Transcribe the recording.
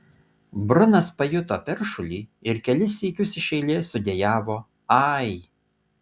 brunas pajuto peršulį ir kelis sykius iš eilės sudejavo ai